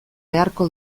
beharko